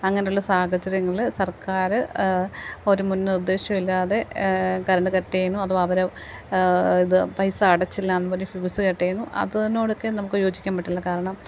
അങ്ങനെയുള്ള സാഹചര്യങ്ങൾ സർക്കാർ ഒരു മുൻ നിർദ്ദേശവും ഇല്ലാതെ കരണ്ട് കട്ട് ചെയ്യുന്നു അതു അവരെ പൈസ അടച്ചില്ലയെന്നും പറഞ്ഞ് ഫ്യൂസ് കട്ട് ചെയ്യുന്നു അതിനോടൊക്കെ നമുക്ക് യോജിക്കാൻ പറ്റില്ല കാരണം